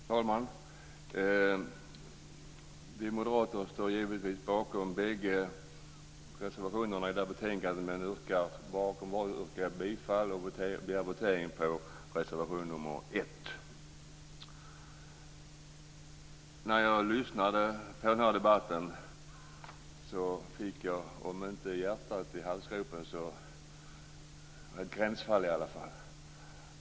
Fru talman! Vi moderater står givetvis bakom båda reservationerna i detta betänkande, men kommer bara att yrka bifall till och begära votering om reservation nr 1. När jag lyssnade på denna debatt var det på gränsen att jag fick hjärtat i halsgropen.